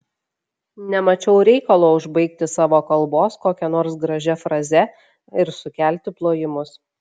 nemačiau reikalo užbaigti savo kalbos kokia nors gražia fraze ir sukelti plojimus